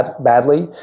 badly